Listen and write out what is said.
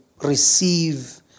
receive